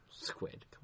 Squid